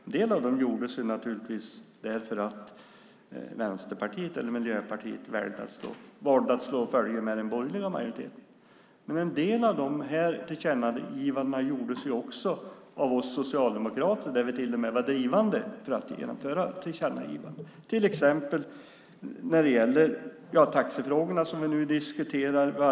En del av dem gjordes naturligtvis därför att Vänsterpartiet eller Miljöpartiet valde att slå följe med den borgerliga majoriteten, men en del av de här tillkännagivandena gjordes också av oss socialdemokrater, och vi var till och med drivande för att genomföra tillkännagivanden, till exempel när det gäller taxifrågorna, som vi nu diskuterar.